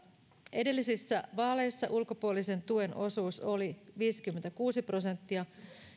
edellisissä vaaleissa ulkopuolisen tuen osuus oli viisikymmentäkuusi prosenttia